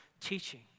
teaching